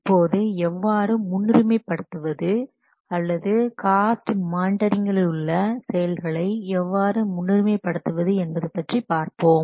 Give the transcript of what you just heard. இப்போது எவ்வாறு முன்னுரிமைபடுத்துவது அல்லது காஸ்ட்மானிட்டரிங்கலிலுள்ள செயல்களை எவ்வாறு முன்னுரிமை படுத்துவது என்பது பற்றி பார்ப்போம்